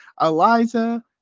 Eliza